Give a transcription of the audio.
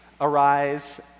arise